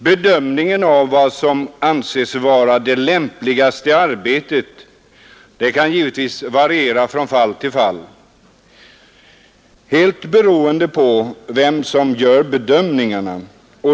Bedömningen av vad som anses vara det lämpligaste arbetet kan givetvis variera från fall till fall helt beroende på vem som gör bedömningarna.